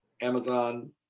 Amazon